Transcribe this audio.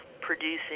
producing